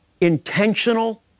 intentional